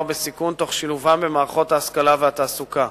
בסיכון תוך שילובם במערכות ההשכלה והתעסוקה.